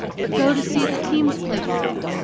but go to see the teams play ball.